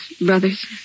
brothers